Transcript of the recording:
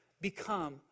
Become